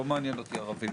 לא מעניין אותי ערבים,